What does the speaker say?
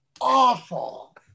awful